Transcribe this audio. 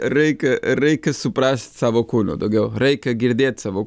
reikia reikia suprast savo kūnu daugiau reikia girdėt savo